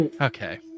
Okay